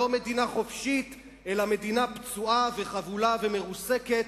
לא מדינה חופשית אלא מדינה פצועה וחבולה ומרוסקת,